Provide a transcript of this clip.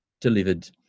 delivered